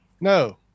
No